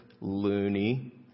loony